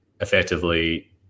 effectively